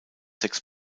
sechs